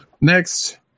Next